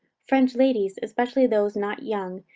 french ladies, especially those not young,